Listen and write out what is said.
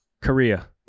Korea